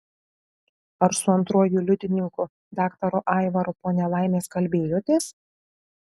ar su antruoju liudininku daktaru aivaru po nelaimės kalbėjotės